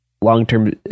long-term